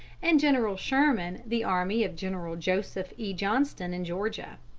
and general sherman the army of general joseph e. johnston in georgia.